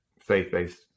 faith-based